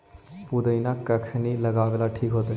पुदिना कखिनी लगावेला ठिक होतइ?